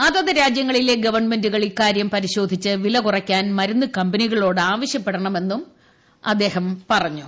അതത് രാജ്യങ്ങളിലെ ഗവൺമെന്റുകൾ ഇക്കാര്യം പരിശോധിച്ച് വില കുറയ്ക്കാൻ മരുന്ന് കമ്പനികളോട് ആവശ്യപ്പെടണമെന്നും അദ്ദേഹം പറഞ്ഞു